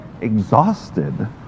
exhausted